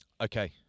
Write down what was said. Okay